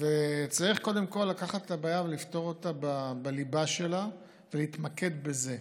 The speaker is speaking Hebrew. צריך קודם כול לקחת את הבעיה ולפתור אותה בליבה שלה ולהתמקד בזה.